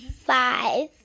five